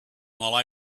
while